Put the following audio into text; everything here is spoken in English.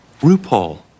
RuPaul